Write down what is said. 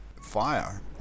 fire